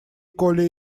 коля